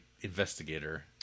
investigator